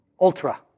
ultra